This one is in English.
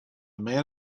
man